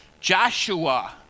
Joshua